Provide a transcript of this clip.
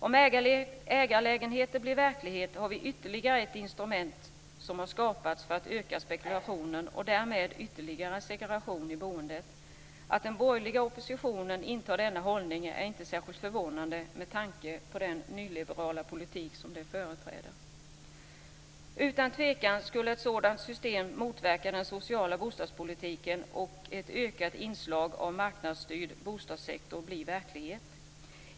Om ägarlägenheter blir verklighet har ytterligare ett instrument skapats för ökad spekulation och därmed för ytterligare segregation i boendet. Att den borgerliga oppositionen intar denna hållning är inte särskilt förvånande med tanke på den nyliberala politik som de företräder. Utan tvekan skulle ett sådant system motverka den sociala bostadspolitiken och ett ökat inslag av marknadsstyrd bostadssektor bli en verklighet.